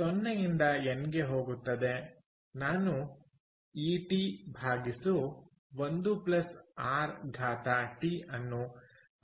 0 ದಿಂದ ಎನ್ ಗೆ ಹೋಗುತ್ತದೆ ನಾನು Et1 rt ಅನ್ನು ಬರೆಯುತ್ತೇನೆ